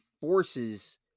forces